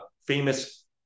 famous